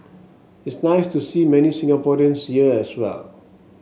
it's nice to see many Singaporeans here as well